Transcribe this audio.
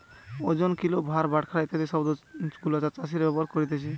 ওজন, কিলো, ভার, বাটখারা ইত্যাদি শব্দ গুলা চাষীরা ব্যবহার করতিছে